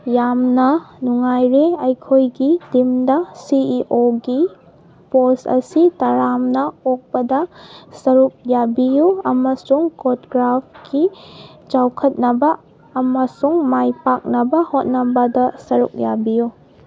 ꯌꯥꯝꯅ ꯅꯨꯡꯉꯥꯏꯔꯦ ꯑꯩꯈꯣꯏꯒꯤ ꯇꯤꯝꯗ ꯁꯤ ꯏ ꯑꯣꯒꯤ ꯄꯣꯁ ꯑꯁꯤ ꯇꯔꯥꯝꯅ ꯑꯣꯛꯄꯗ ꯁꯔꯨꯛ ꯌꯥꯕꯤꯎ ꯑꯃꯁꯨꯡ ꯀꯣꯗ ꯀ꯭ꯔꯥꯐꯀꯤ ꯆꯥꯎꯈꯠꯅꯕ ꯑꯃꯁꯨꯡ ꯃꯥꯏ ꯄꯥꯛꯅꯕ ꯍꯣꯠꯅꯕꯗ ꯁꯔꯨꯛ ꯌꯥꯕꯤꯎ